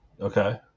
Okay